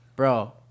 bro